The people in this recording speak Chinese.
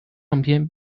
唱片